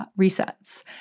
resets